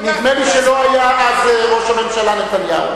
נדמה לי שלא היה אז ראש הממשלה נתניהו.